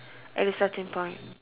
at the starting point